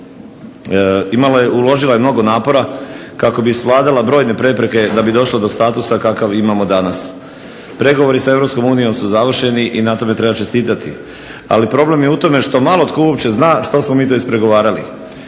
uložila je mnogo napora kako bi svladala brojne prepreke da bi došla do statusa kakav imamo danas. Pregovori sa EU su završeni i na tome treba čestitati. Ali problem je u tome što malo tko uopće zna što smo mi to ispregovarali.